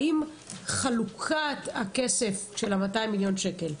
האם חלוקת הכסף של ה-200 מיליון ש"ח,